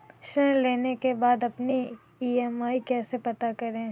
ऋण लेने के बाद अपनी ई.एम.आई कैसे पता करें?